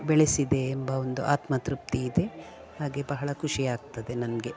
ಬೆಳೆಸಿದೆ ಎಂಬ ಒಂದು ಆತ್ಮತೃಪ್ತಿ ಇದೆ ಹಾಗೆ ಬಹಳ ಖುಷಿ ಆಗ್ತದೆ ನನಗೆ